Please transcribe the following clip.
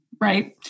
right